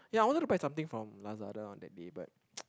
ya I wanted to buy something from Lazada on that day but